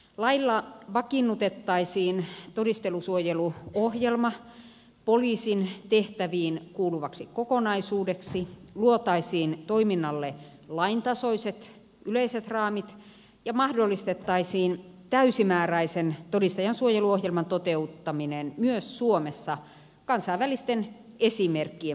lailla vakiinnutettaisiin todistajansuojeluohjelma poliisin tehtäviin kuuluvaksi kokonaisuudeksi luotaisiin toiminnalle laintasoiset yleiset raamit ja mahdollistettaisiin täysimääräisen todistajansuojeluohjelman toteuttaminen myös suomessa kansainvälisten esimerkkien mukaisesti